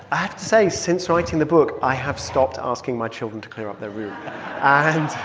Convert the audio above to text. i have to say since writing the book, i have stopped asking my children to clear up their room and